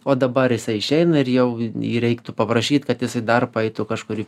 o dabar jisai išeina ir jau jį reiktų paprašyt kad jis į darbą eitų kažkur į